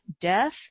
death